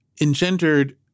engendered